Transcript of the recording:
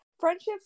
Friendships